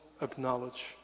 acknowledge